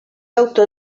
autor